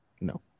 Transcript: No